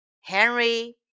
Henry